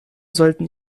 sollten